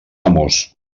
amos